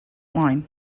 line